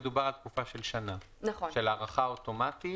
מדובר על תקופה של שנה של הארכה אוטומטית.